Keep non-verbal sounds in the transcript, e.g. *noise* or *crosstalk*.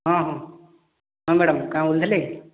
ହଁ ହଁ ମ୍ୟାଡ଼ାମ *unintelligible* ଦେଲେ